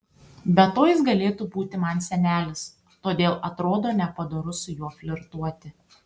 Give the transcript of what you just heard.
be to jis galėtų būti man senelis todėl atrodo nepadoru su juo flirtuoti